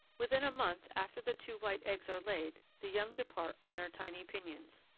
within a month after the two white eggs are laid the young depart on their tiny pinions.